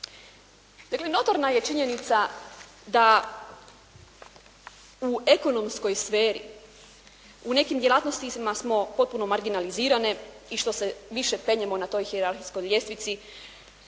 Dakle notorna je činjenica da u ekonomskoj sferi u nekim djelatnostima smo potpuno marginalizirane i što se više penjemo na toj hijerarhijskoj ljestvici